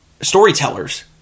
Storytellers